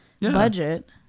budget